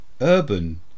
Urban